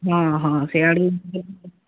ହଁ ହଁ ସିଆଡ଼ୁ